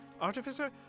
Artificer